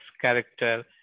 character